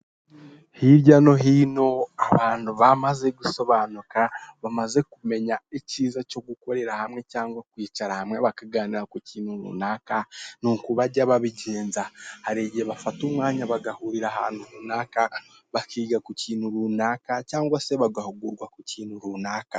Hirya no hino abantu bamaze gusobanuka bamaze kumenya ikiza cyo gukorera hamwe cyangwa kwicara hamwe bakaganira ku kintu runaka, ni uku bajya babigenza hari igihe bafata umwanya bagahurira ahantu runaka bakiga ku kintu runaka cyangwa se bagahugurwa ku kintu runaka.